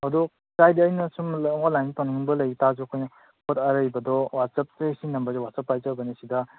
ꯑꯗꯨ ꯀꯥꯏꯗꯦ ꯑꯩꯅ ꯁꯨꯝ ꯑꯣꯟꯂꯥꯏꯟ ꯇꯧꯅꯤꯡꯕ ꯂꯩꯕ ꯇꯥꯔꯁꯨ ꯑꯩꯈꯣꯏꯅ ꯄꯣꯠ ꯑꯔꯩꯕꯗꯣ ꯋꯥꯆꯞꯇ ꯑꯩ ꯁꯤ ꯅꯝꯕꯔꯁꯦ ꯋꯥꯆꯞ ꯄꯥꯏꯖꯕꯅꯦ ꯁꯤꯗ